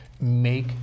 make